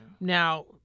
Now